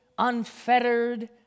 unfettered